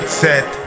set